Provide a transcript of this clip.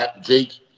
Jake